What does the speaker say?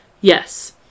yes